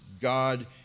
God